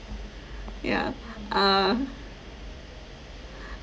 yeah uh